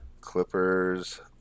Clippers